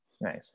Nice